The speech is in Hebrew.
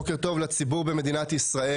בוקר טוב לציבור במדינת ישראל.